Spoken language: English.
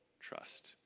trust